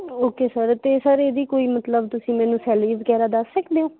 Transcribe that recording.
okay sir ਅਤੇ sir ਇਹਦੀ ਕੋਈ ਮਤਲਬ ਤੁਸੀਂ ਮੈਨੂੰ ਸੈਲਰੀ ਵਗੈਰਾ ਦੱਸ ਸਕਦੇ ਹੋ